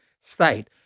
state